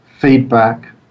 feedback